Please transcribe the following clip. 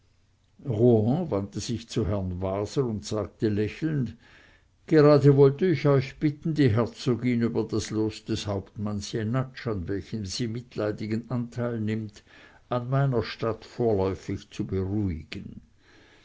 sich zu herrn waser und sagte lächelnd gerade wollt ich euch bitten die herzogin über das los des hauptmanns jenatsch an welchem sie mitleidigen anteil nimmt an meiner statt vorläufig zu beruhigen